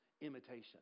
imitation